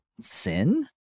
sin